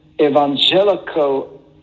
evangelical